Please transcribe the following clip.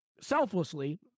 selflessly